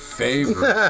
favorite